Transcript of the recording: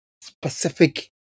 specific